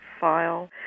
file